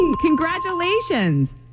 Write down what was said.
Congratulations